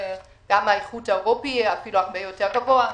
והאיחוד האירופאי אפילו הרבה יותר גבוה,